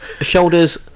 shoulders